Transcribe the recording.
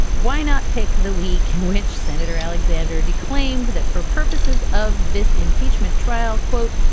why not pick the week in which senator alexander declaimed that for purposes of this impeachment trial, quote,